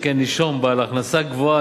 שכן נישום בעל הכנסה גבוהה,